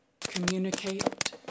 Communicate